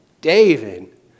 David